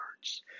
words